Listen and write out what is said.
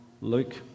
Luke